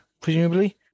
presumably